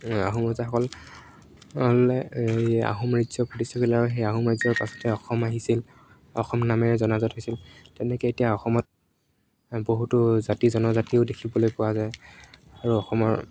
আহোম ৰাজাসকলে এই আহোম ৰাজ্যবিলাক সেই আহোম ৰাজ্যৰ পাছতে অসম আহিছিল অসম নামেৰে জনাজত হৈছিল তেনেকে এতিয়া অসমত বহুতো জাতি জনজাতিও দেখিবলৈ পোৱা যায় আৰু অসমৰ